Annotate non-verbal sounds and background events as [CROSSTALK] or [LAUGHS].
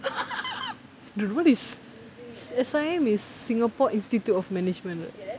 [LAUGHS] dude what is S_I_M is singapore institute of management [what]